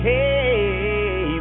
Hey